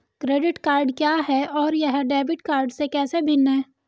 Credit card क्या है और यह डेबिट कार्ड से कैसे भिन्न है?